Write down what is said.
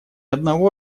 одного